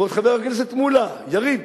כבוד חבר הכנסת מולה, יריב,